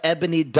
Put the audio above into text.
Ebony